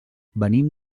venim